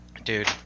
dude